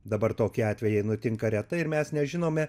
dabar tokie atvejai nutinka retai ir mes nežinome